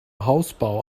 hausbau